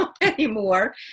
anymore